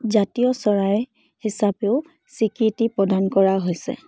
জাতীয় চৰাই হিচাপেও স্বীকৃতি প্ৰদান কৰা হৈছে